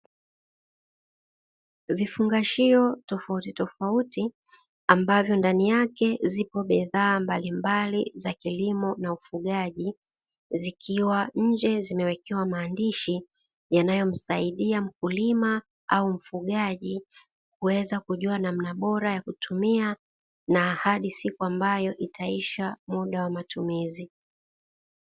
Vifungashio tofauti tofauti ambavyo ndani yake zipo bidhaa mbalimbali za kilimo na ufugaji zikiwa nje zimewekewa maandishi yanayomsaidia mkulima au mfugaji kuweza kujua namna bora ya kutumia na hadi siku ambayo itaisha muda wa matumizi.